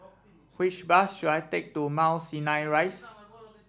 which bus should I take to Mount Sinai Rise